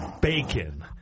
bacon